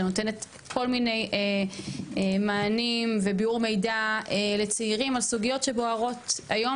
שנותנת כל מיני מענים וביאור מידע לצעירים על סוגיות שבוערות היום,